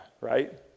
right